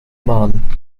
man